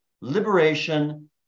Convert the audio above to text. liberation